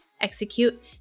execute